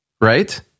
right